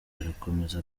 arakomeza